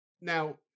Now